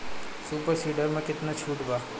Super seeder मै कितना छुट बा?